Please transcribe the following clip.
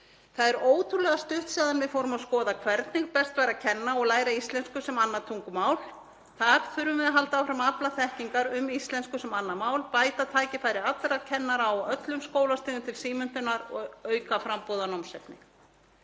Það er ótrúlega stutt síðan við fórum að skoða hvernig best væri að kenna og læra íslensku sem annað tungumál. Þar þurfum við að halda áfram að afla þekkingar um íslensku sem annað mál, bæta tækifæri allra kennara á öllum skólastigum til símenntunar og auka framboð af námsefni.